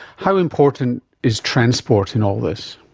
how important is transport in all this?